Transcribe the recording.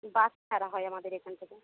বাস ছাড়া হয় আমাদের এখান থেকে